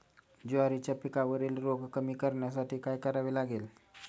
ज्वारीच्या पिकावरील रोग कमी करण्यासाठी काय करावे लागेल?